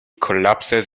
collapses